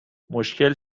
مشکل